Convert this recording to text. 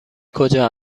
کجا